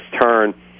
turn